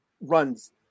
runs